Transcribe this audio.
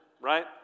right